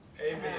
Amen